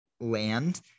land